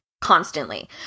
constantly